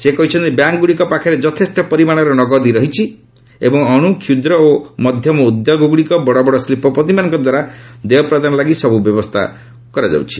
ସେ କହିଛନ୍ତି ବ୍ୟାଙ୍କ୍ଗୁଡ଼ିକ ପାଖରେ ଯଥେଷ୍ଟ ପରିମାଣର ନଗଦି ରହିଛି ଏବଂ ଅଣୁ କ୍ଷୁଦ୍ର ଓ ମଧ୍ୟମ ଉଦ୍ୟୋଗଗୁଡ଼ିକୁ ବଡ଼ବଡ଼ ଶିଳ୍ପପତିମାନଙ୍କ ଦ୍ୱାରା ଦେୟ ପ୍ରଦାନ ଲାଗି ସବୁ ବ୍ୟବସ୍ଥା କରାଯାଉଛି